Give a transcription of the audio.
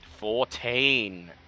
Fourteen